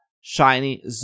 shiny